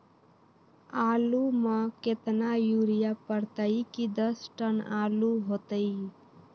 आलु म केतना यूरिया परतई की दस टन आलु होतई?